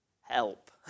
help